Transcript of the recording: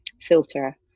filter